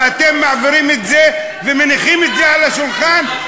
ואתם מעבירים את זה, ומניחים את זה על השולחן,